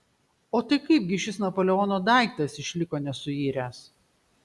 o tai kaip gi šis napoleono daiktas išliko nesuiręs